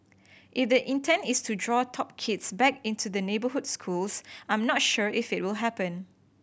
if the intent is to draw top kids back into the neighbourhood schools I'm not sure if it will happen